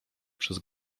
przez